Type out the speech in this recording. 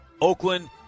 Oakland